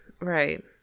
right